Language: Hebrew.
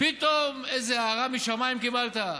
פתאום איזו הארה משמיים קיבלת?